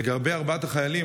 לגבי ארבעת החיילים,